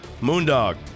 Moondog